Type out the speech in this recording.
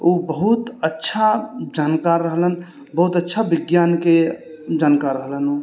उ बहुत अच्छा जानकार रहलनि बहुत अच्छा विज्ञानके जानकार रहलनि उ